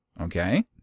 okay